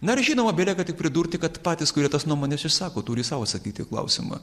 nors žinoma belieka tik pridurti kad patys kurie tas nuomones išsako turi sau atsakyti į klausimą